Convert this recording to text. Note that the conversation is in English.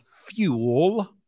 fuel